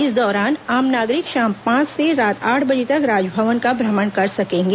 इस दौरान आम नागरिक शाम पांच से रात आठ बजे तक राजभवन का भ्रमण कर सकेंगे